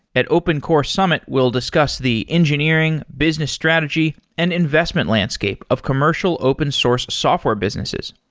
at open core summit, we'll discuss the engineering, business strategy and investment landscape of commercial open source software businesses.